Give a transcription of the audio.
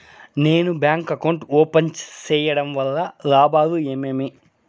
నేను bank account open సేయడం వల్ల లాభాలు ఏమేమి?